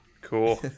Cool